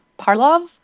Parlov